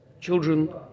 children